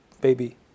baby